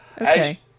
Okay